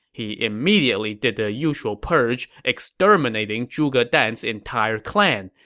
he immediately did the usual purge, exterminating zhuge dan's entire clan.